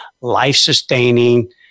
life-sustaining